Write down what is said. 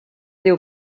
diu